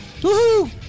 Woohoo